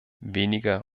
weniger